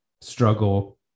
struggle